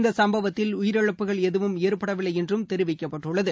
இந்த சம்பவத்தில் உயிரிழப்புகள் எதுவும் ஏற்படவில்லை என்றும் தெரிவிக்கப்பட்டுள்ளது